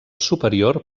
superior